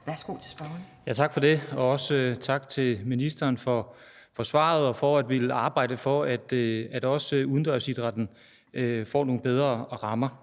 Knuth (V): Tak for det, og også tak til ministeren for svaret og for at ville arbejde for, at også udendørsidrætten får nogle bedre rammer